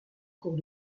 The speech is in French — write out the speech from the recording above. cours